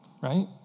right